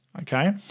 Okay